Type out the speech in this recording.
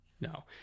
No